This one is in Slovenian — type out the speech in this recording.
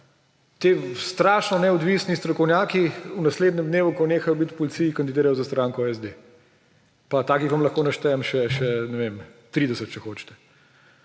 Ti strašno neodvisni strokovnjaki v naslednjem dnevu, ko nehajo biti v policiji, kandidirajo za stranko SD, pa takih vam lahko naštejem še, ne vem, 30, če hočete.